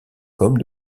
comme